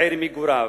עיר מגוריו.